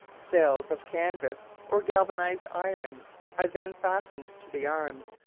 sails of canvas or galvanised iron are then fastened to the arms,